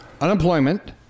unemployment